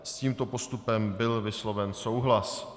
S tímto postupem byl vysloven souhlas.